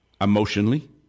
emotionally